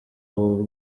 ubu